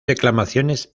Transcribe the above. reclamaciones